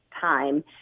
time